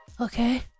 Okay